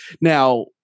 Now